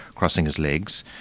crossing his legs.